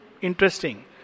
interesting